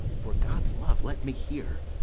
for god's love let me hear.